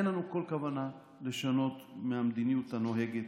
אין לנו כל כוונה לשנות מהמדיניות הנוהגת.